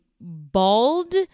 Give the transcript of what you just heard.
bald